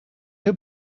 new